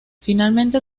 finalmente